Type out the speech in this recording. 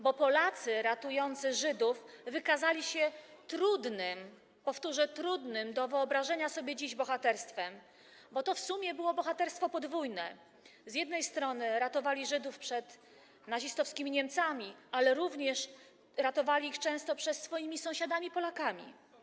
bo Polacy ratujący Żydów wykazali się trudnym, powtórzę, trudnym do wyobrażenia sobie dziś bohaterstwem, bo to w sumie było bohaterstwo podwójne: z jednej strony ratowali Żydów przed nazistowskimi Niemcami, ale również ratowali ich często przed swoimi sąsiadami Polakami.